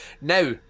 Now